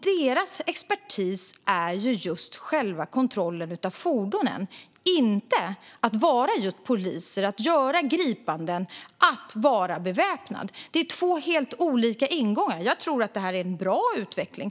Deras expertis är själva kontrollen av fordonen, inte att vara poliser, göra gripanden eller att vara beväpnad. Detta är två helt olika ingångar. Jag tror att detta är en bra utveckling.